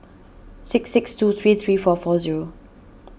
six six two three three four four zero